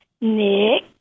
Nick